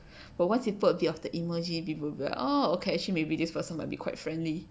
but once you put a bit of the emoji people will be like oh okay maybe be this person might be quite friendly